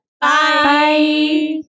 Bye